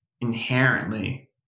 inherently